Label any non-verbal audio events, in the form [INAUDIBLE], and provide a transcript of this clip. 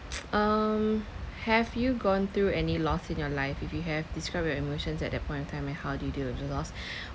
[BREATH] um have you gone through any loss in your life if you have describe your emotions at that point of time like how do you deal with the loss [BREATH]